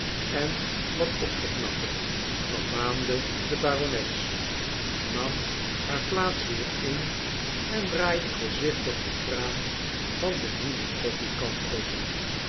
en wat op te knappen vermaande de barones nam haar plaats weer in en draaide voorzichtig de kraan van de nieuwe koffiekan open